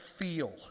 feel